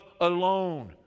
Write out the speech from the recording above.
alone